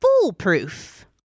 foolproof